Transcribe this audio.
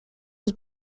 was